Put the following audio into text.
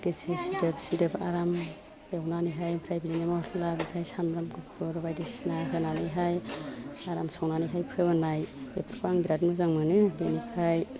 गिसि सिदोब सिदोब आराम एवनानैहाइ ओमफ्राय बिनि मस्ला ओमफ्राय सामब्राम गुफुर बायदिसिना होनानैहाइ आराम संनानैहाइ फोमोन्नाय बेफोरखौ आं बिराद मोजां मोनो बिनिफ्राय